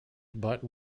but